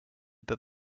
peut